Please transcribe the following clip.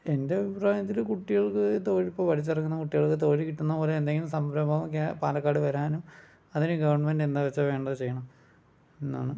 എൻ്റെ അഭിപ്രായത്തില് കുട്ടികൾക്ക് തൊഴില് ഇപ്പം പഠിച്ചിറങ്ങുന്ന കുട്ടികൾക്ക് തൊഴിൽ കിട്ടുന്ന പോലെ എന്തെങ്കിലും സംരംഭമൊക്കെ പാലക്കാട് വരാനും അതിന് ഗവണ്മെൻറ്റ് എന്താന്ന് വെച്ചാൽ വേണ്ടത് ചെയ്യണം എന്നാണ്